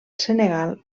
senegal